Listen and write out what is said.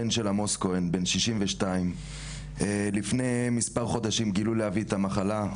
הבן של עמוס כהן בן 62. לפני מספר חודשים גילו לאבי את המחלה,